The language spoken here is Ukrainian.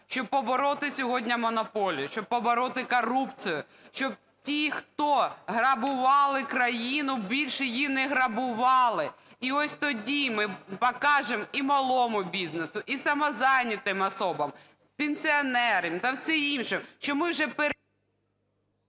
Щоб побороти сьогодні монополію, щоб побороти корупцію, щоб ті, хто грабували країну, більше її не грабували. І ось тоді ми покажемо і малому бізнесу, і самозайнятим особам, пенсіонерам та всім іншим, що ми вже… ГОЛОВУЮЧИЙ.